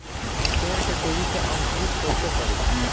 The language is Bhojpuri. हम पेड़ के तेजी से अंकुरित कईसे करि?